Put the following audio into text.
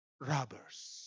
Robbers